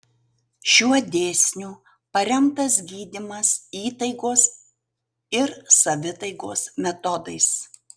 šiuo dėsniu paremtas gydymas įtaigos ir savitaigos metodais